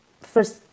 first